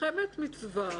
מלחמת מצווה.